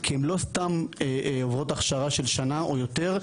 כי הם לא סתם עוברות הכשרה של שנה או יותר,